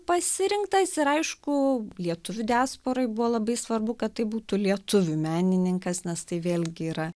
pasirinktas ir aišku lietuvių diasporai buvo labai svarbu kad tai būtų lietuvių menininkas nes tai vėlgi yra